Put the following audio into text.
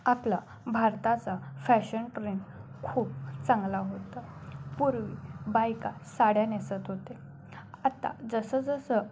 आपलं भारताचा fashion trend खूप चांगला होता पूर्वी बायका साड्या नेसत होते आत्ता जसं जसं